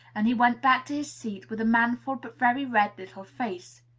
and he went back to his seat with a manful but very red little face.